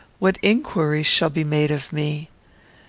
what inquiries shall be made of me?